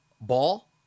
ball